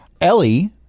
Ellie